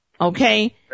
Okay